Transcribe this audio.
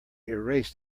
erased